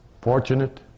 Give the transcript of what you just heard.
fortunate